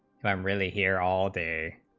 um really here all day